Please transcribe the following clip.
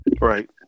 Right